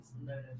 no